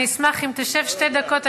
אני אשמח אם תשב שתי דקות,